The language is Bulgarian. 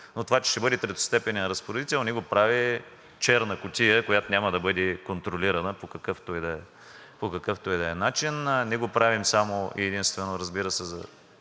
Но това, че ще бъде третостепенен разпоредител, не го прави черна кутия, която няма да бъде контролирана по какъвто и да е начин, не го прави само и единствено, разбира се, за